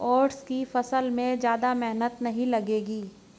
oats की फसल में ज्यादा मेहनत नहीं लगेगी